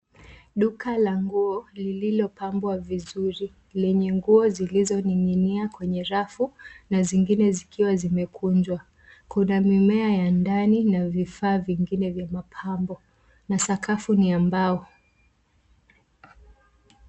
Duka la nguo, lililopambwa vizuri, lenye nguo zilizoning'inia kwenye rafu, na zingine zikiwa zimekunjwa. Kuna mimea ya ndani na vifaa vingine vya mapambo, na sakafu ni ya mbao.